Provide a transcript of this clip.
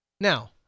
Now